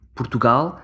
Portugal